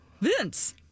Vince